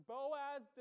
Boaz